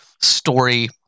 story